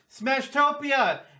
Smashtopia